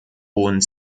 und